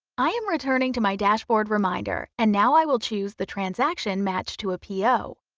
i am returning to my dashboard reminder and now i will choose the transaction match to a po.